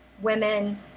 women